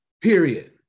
Period